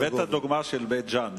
הבאת דוגמה של בית-ג'ן.